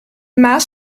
maas